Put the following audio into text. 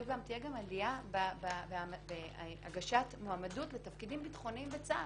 תהיה גם עלייה בהגשת מועמדות לתפקידים ביטחוניים בצה"ל,